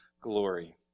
glory